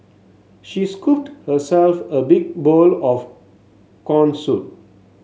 she scooped herself a big bowl of corn soup